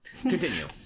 continue